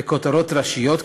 וכותרות ראשיות כמובן,